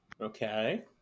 Okay